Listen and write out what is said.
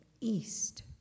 east